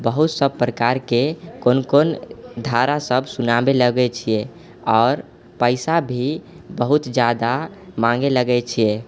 बहुत सब प्रकारके कोन कोन धारा सब सुनाबे लगै छै आओर पैसा भी बहुत जादा माँगे लागे छियै